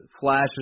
flashes